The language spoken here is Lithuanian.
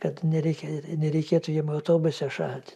kad nereikia ir nereikėtų jiem autobuse šalt